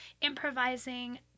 improvising